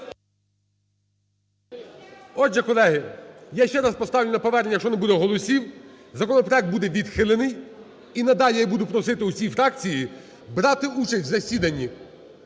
Отже, колеги, я ще раз поставлю на повернення. Якщо не буде голосів, законопроект буде відхилений. І надалі я буду просити всі фракції брати участь у засіданні,